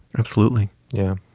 absolutely yeah.